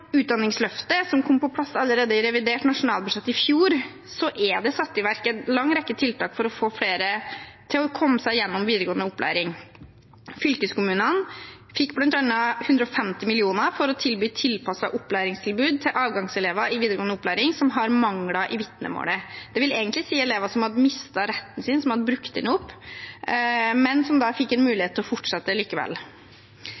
Utdanningsløftet, som kom på plass allerede i revidert nasjonalbudsjett i fjor, er det satt i verk en lang rekke tiltak for å få flere til å komme seg gjennom videregående opplæring. Fylkeskommunene fikk bl.a. 150 mill. kr for å tilby et tilpasset opplæringstilbud til avgangselever i videregående opplæring som har mangler i vitnemålet. Det vil egentlig si elever som hadde mistet retten sin, som hadde brukt den opp, men som da fikk en